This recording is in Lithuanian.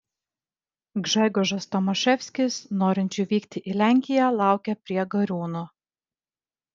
gžegožas tomaševskis norinčių vykti į lenkiją laukė prie gariūnų